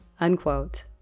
Unquote